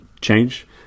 change